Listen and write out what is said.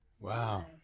Wow